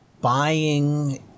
buying